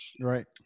Right